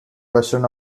western